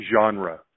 genre